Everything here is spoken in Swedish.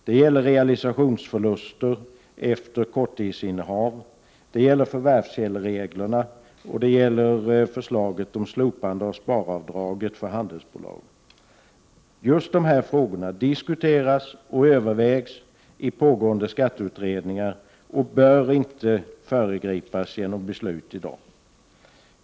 Det gäller realisa tionsförluster efter korttidsinnehav. Det gäller förvärvskällereglerna, och det gäller förslaget om slopande av sparavdraget för handelsbolag. Just de här frågorna diskuteras och övervägs i pågående skatteutredningar. som inte bör föregripas genom beslut i dag.